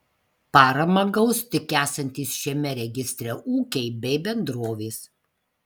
paramą gaus tik esantys šiame registre ūkiai bei bendrovės